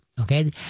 Okay